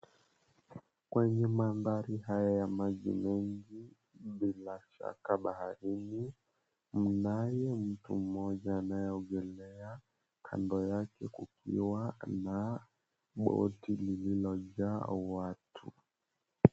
Kwenye mandhari haya ya maji mengi bila shaka baharini mnaye mtu mmoja anayeogelea kando yake kukiwa na boti lililojaa watu.